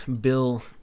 Bill